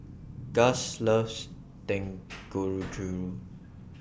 Gus loves Dangojiru